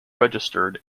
registered